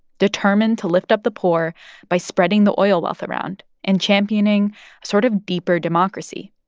determined to lift up the poor by spreading the oil wealth around and championing sort of deeper democracy.